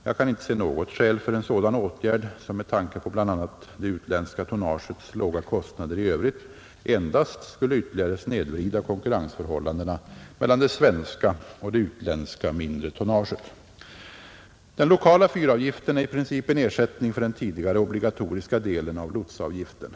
Jag kan inte se något skäl för en sådan åtgärd som med tanke på bl.a. det utländska tonnagets låga kostnader i övrigt endast skulle ytterligare snedvrida konkurrensförhållandena mellan det svenska och det utländska mindre tonnaget. Den lokala fyravgiften är i princip en ersättning för den tidigare obligatoriska delen av lotsavgiften.